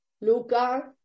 Luca